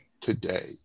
today